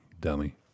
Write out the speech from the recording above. Dummy